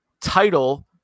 title